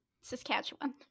Saskatchewan